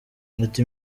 ati